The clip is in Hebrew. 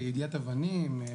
יידוי אבנים,